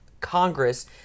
Congress